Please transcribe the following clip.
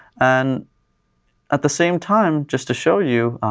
and at the same time, just to show you,